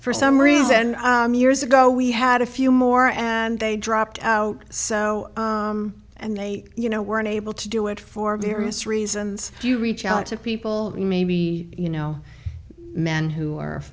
for some reason years ago we had a few more and they dropped out so and they you know weren't able to do it for various reasons you reach out to people maybe you know men who are